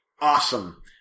awesome